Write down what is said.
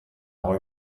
goi